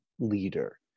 leader